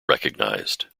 recognized